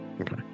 Okay